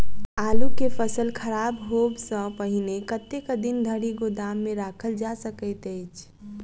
आलु केँ फसल खराब होब सऽ पहिने कतेक दिन धरि गोदाम मे राखल जा सकैत अछि?